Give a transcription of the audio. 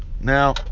now